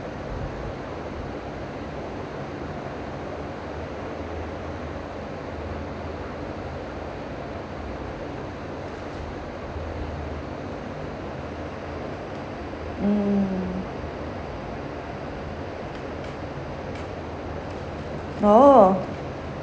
mm !ow!